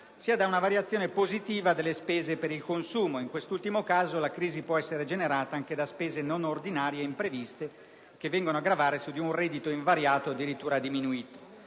sia da una variazione positiva delle spese per il consumo. In quest'ultimo caso, la crisi può essere generata anche da spese non ordinarie impreviste che vengono a gravare su di un reddito invariato o addirittura diminuito.